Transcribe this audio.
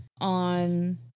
on